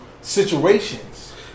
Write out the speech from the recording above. situations